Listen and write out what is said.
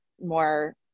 more